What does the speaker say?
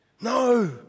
No